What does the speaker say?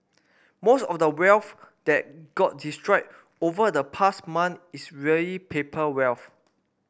most of the wealth that got destroyed over the past month is really paper wealth